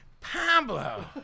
Pablo